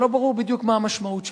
שלא ברור בדיוק מה המשמעות שלהן.